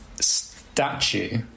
statue